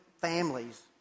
families